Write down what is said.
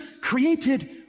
created